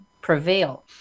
prevail